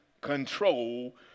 control